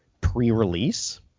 pre-release